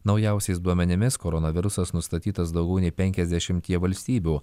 naujausiais duomenimis koronavirusas nustatytas daugiau nei penkiasdešimtyje valstybių